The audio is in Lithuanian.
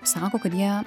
sako kad jie